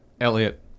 Elliot